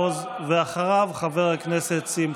חבר הכנסת אבי מעוז,